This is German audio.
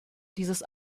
dieses